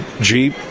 Jeep